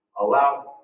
Allow